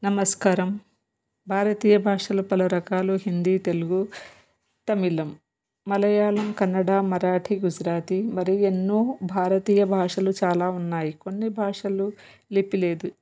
నమస్కారం భారతీయ భాషలు పలు రకాలు హిందీ తెలుగు తమిళం మలయాళం కన్నడ మరాఠీ గుజరాతీ మరియు ఎన్నో భారతీయ భాషలు చాలా ఉన్నాయి కొన్ని భాషలు లిపిలేదు